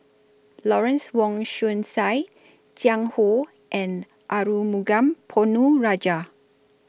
Lawrence Wong Shyun Tsai Jiang Hu and Arumugam Ponnu Rajah